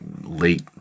late